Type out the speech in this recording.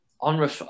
on